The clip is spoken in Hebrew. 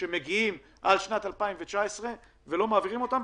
שמגיעים בגין שנת 2019 ולא מעבירים אותם,